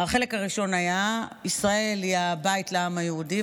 החלק הראשון היה, ישראל היא הבית לעם היהודי.